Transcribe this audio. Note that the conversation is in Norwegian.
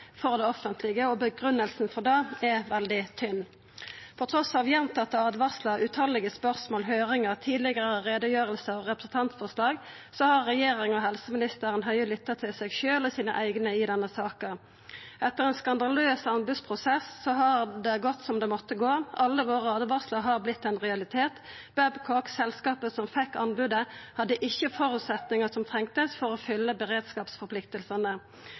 det offentlege, og grunngjevinga for det er veldig tynn. Trass gjentatte åtvaringar, eit utal spørsmål, høyringar, tidlegare utgreiingar og representantforslag har regjeringa og helseminister Høie lytta til seg sjølv og sine eigne i denne saka. Etter ein skandaløs anbodsprosess har det gått som det måtte gå. Alle våre åtvaringar har vorte ein realitet. Babcock, selskapet som fekk anbodet, hadde ikkje føresetnadane som trongst for å